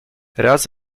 raz